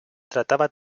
trataba